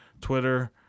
Twitter